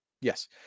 Yes